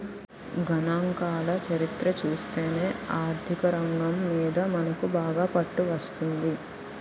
గణాంకాల చరిత్ర చూస్తేనే ఆర్థికరంగం మీద మనకు బాగా పట్టు వస్తుంది